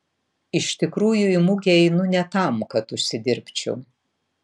iš tikrųjų į mugę einu ne tam kad užsidirbčiau